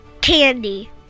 Candy